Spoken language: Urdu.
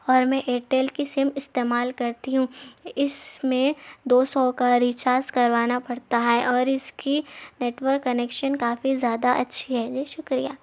اور میں ایئرٹیل کی سم استعمال کرتی ہوں اس میں دو سو کا ریچارج کروانا پڑتا ہے اور اس کی نیٹورک کنکشن کافی زیاہ اچھی ہے جی شکریہ